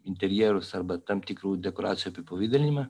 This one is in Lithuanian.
interjerus arba tam tikrų dekoracijų apipavidalinimą